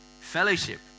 Fellowship